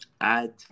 add